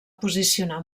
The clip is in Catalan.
posicionar